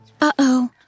uh-oh